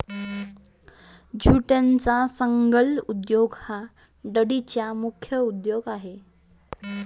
ज्यूटचा संलग्न उद्योग हा डंडीचा मुख्य उद्योग आहे